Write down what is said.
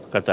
karta